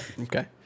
Okay